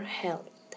health